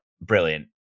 brilliant